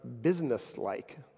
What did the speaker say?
business-like